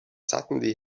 suddenly